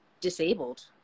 disabled